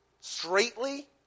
straightly